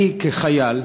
אני כחייל,